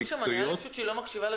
אנחנו חווים פער גדול מאוד בין הדיווחים